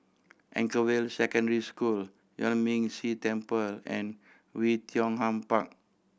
Anchorvale Secondary School Yuan Ming Si Temple and Oei Tiong Ham Park